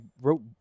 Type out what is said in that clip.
wrote